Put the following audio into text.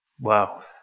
Wow